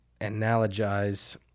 analogize